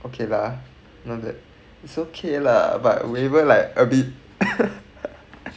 okay lah not that it's okay lah but labour like a bit